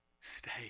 Stay